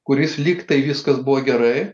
kuris lyg tai viskas buvo gerai